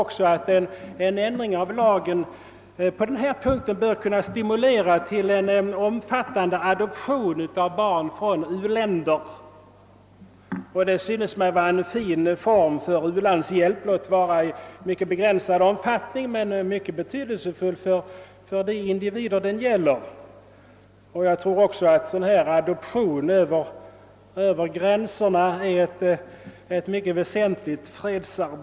Jag tror att en ändring av lagen på denna punkt även bör kunna stimulera till en omfattande adoption av barn från u-länder, och detta synes mig vara en fin form för u-landshjälp. Hjälpen får visserligen begränsad omfattning, men den blir mycket betydelsefull för de individer det gäller. Jag tror också att dylik adoption över gränserna är ett mycket väsentligt fredsarbete.